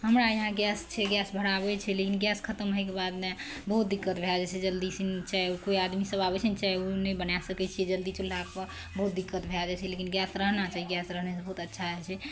हमरा यहाँ गैस छै गैस भराबै छै लेकिन गैस खतम होइके बादमे बहुत दिक्कत भए जाइ छै जल्दी सीन चाय केओ आदमी सब आबै छै ने चाय ओ नहि बनाए सकैत छियै जल्दी चुल्हा पर बहुत दिक्कत भए जाइ छै लेकिन गैस रहना चाही गैस रहनेसँ बहुत अच्छा होइ छै